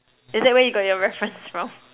is that you where you got your reference from